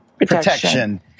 protection